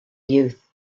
youth